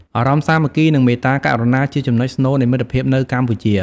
អារម្មណ៍សាមគ្គី និងមេត្តាករុណា ជាចំណុចស្នូលនៃមិត្តភាពនៅកម្ពុជា។